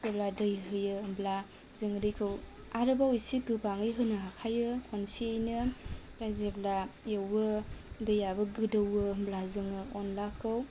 जेब्ला दै होयो होमब्ला जों दैखौ आरोबाव एसे गोबाङै होनो हाखायो खनसेयैनो आमफ्राय जेब्ला एवो दैयाबो गोदौयो होमब्ला जोङो अन्लाखौ